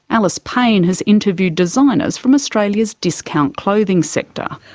alice payne has interviewed designers from australia's discount clothing sector.